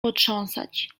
potrząsać